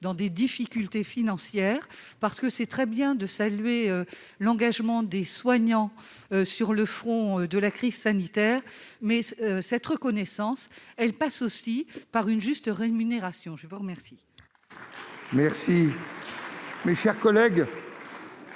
dans des difficultés financières, parce que c'est très bien de saluer l'engagement des soignants sur le front de la crise sanitaire, mais cette reconnaissance, elle passe aussi par une juste rémunération, je vous remercie. Merci, mes chers collègues.